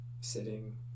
sitting